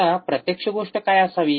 आता प्रत्यक्ष गोष्ट काय असावी